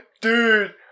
dude